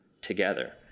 together